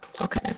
Okay